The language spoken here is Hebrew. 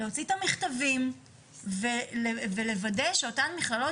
להוציא את המכתבים ולוודא שאותן מכללות